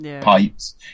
pipes